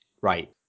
Right